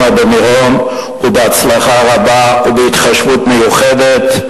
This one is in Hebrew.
במירון ובהצלחה רבה ובהתחשבות מיוחדת,